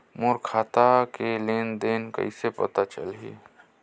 मोर खाता के लेन देन कइसे पता चलही?